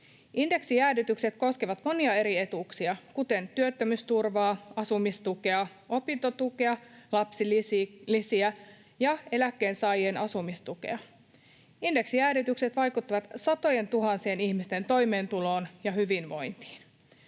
Indeksijäädytykset koskevat monia eri etuuksia, kuten työttömyysturvaa, asumistukea, opintotukea, lapsilisiä ja eläkkeensaajien asumistukea. Indeksijäädytykset vaikuttavat satojentuhansien ihmisten toimeentuloon ja hyvinvointiin.